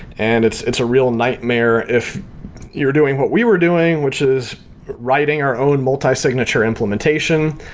and it's it's a real nightmare if you're doing what we were doing, which is writing our own multi signature implementation.